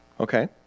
Okay